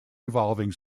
evolving